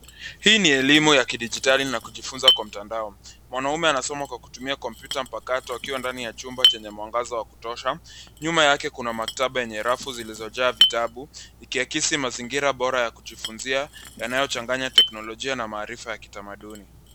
Hii ni elimu ya kidigitali na kujifunza kwa mtandao. Mwanaume anasoma wa kutumia kompyuta mpakato akiwa ndani ya chumba chenye mwangaza wa kutosha .Nyuma yake kuna maktaba yenye rafu zilizojaa vitabu, ikiakisi mazingira bora ya kujifunzia yanayochanganya teknolojia na maarifa ya kitamanduni.